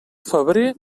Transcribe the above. febrer